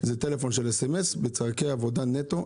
זה רק לסמס לצורכי עבודה נטו.